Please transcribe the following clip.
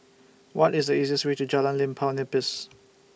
What IS The easiest Way to Jalan Limau Nipis